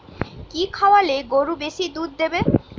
কি খাওয়ালে গরু বেশি দুধ দেবে?